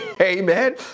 Amen